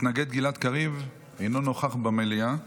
מתנגד גלעד קריב, אינו נוכח במליאה.